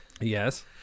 yes